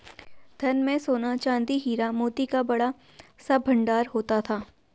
धन में सोना, चांदी, हीरा, मोती का बड़ा सा भंडार होता था